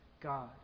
God